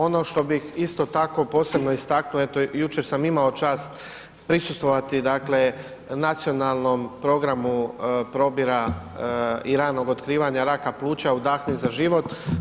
Ono što bih isto tako posebno istaknuo, eto, jučer sam imao čast prisustvovati dakle Nacionalnom programu probira i ranog otkrivanja raka pluća Udahni za život.